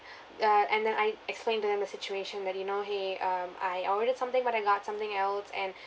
uh and then I explained to them the situation that you know !hey! um I ordered something but I got something else and